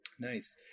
Nice